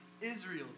Israel